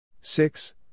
Six